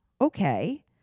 okay